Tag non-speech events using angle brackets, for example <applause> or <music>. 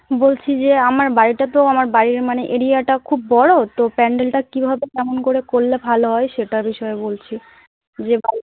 বলছি যে আমার বাড়িটা তো আমার বাড়ির মানে এরিয়াটা খুব বড়ো তো প্যান্ডেলটা কীভাবে কেমন করে করলে ভালো হয় সেটার বিষয়ে বলছি <unintelligible>